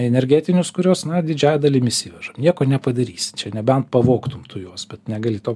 energetinius kurios na didžiąja dalim įsivežam nieko nepadarysi nebent pavogtum tu juos bet negali to